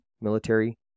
military